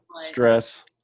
stress